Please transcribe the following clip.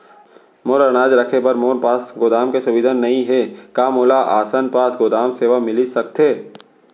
मोर अनाज रखे बर मोर पास गोदाम के सुविधा नई हे का मोला आसान पास गोदाम सेवा मिलिस सकथे?